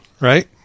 right